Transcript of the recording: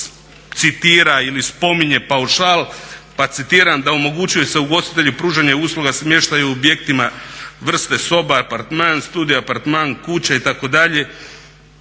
citira ili spominje paušal, pa citiram da omogućuje se ugostitelju pružanje usluga smještaja u objektima, vrste soba, apartman, studij apartman, kuće itd.,